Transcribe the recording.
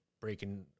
breaking